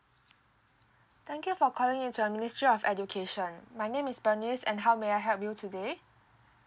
thank you for calling the ministry of education my name is bunnies and how may I help you today